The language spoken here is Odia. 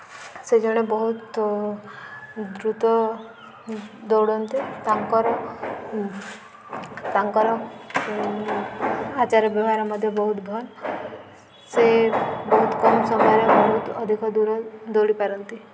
ସେ ଜଣେ ବହୁତ ଦ୍ରୁତ ଦୌଡ଼ନ୍ତି ତାଙ୍କର ତାଙ୍କର ଆଚାର ବ୍ୟବହାର ମଧ୍ୟ ବହୁତ ଭଲ ସେ ବହୁତ କମ୍ ସମୟରେ ବହୁତ ଅଧିକ ଦୂର ଦୌଡ଼ିପାରନ୍ତି